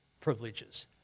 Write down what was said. privileges